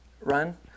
run